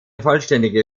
vollständige